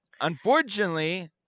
unfortunately